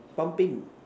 pumping